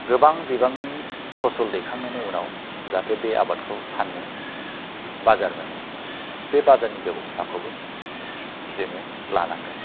गोबां बिबांनि फसल दैखांनायनि उनाव जाहाथे बे आबादखौ फाननो बाजार मोनो बे बाजारनि बेबसथाखौबो जोङो लानांगोन